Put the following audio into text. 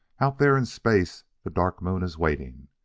our there in space the dark moon is waiting.